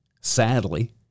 sadly